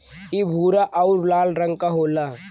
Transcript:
इ भूरा आउर लाल रंग क होला